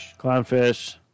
Clownfish